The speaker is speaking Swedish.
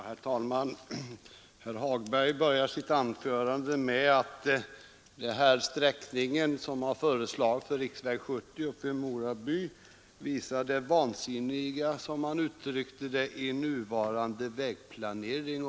Herr talman! Herr Hagberg började sitt anförande med att säga att den sträckning, som föreslagits för riksväg 70 vid Mora by, visar det vansinniga i nuvarande vägplanering.